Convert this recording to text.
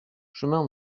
chemin